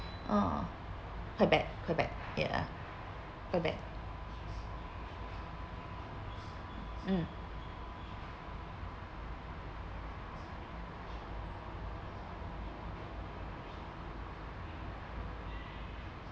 ah quite bad quite bad ya quite bad mm